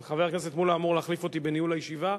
אבל חבר הכנסת מולה אמור להחליף אותי בניהול הישיבה,